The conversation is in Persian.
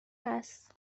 هست